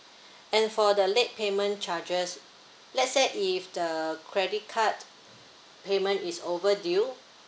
and for the late payment charges let's say if the credit card payment is overdue